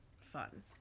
Fun